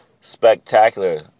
spectacular